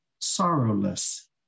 sorrowless